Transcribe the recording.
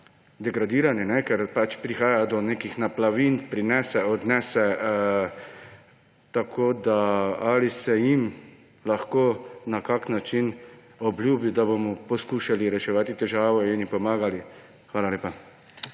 degradirani, ker prihaja do nekih naplavin, prinese, odnese. Ali se jim lahko na kakšen način obljubi, da bomo poskušali reševati težavo in jim bomo pomagali? Hvala lepa.